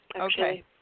Okay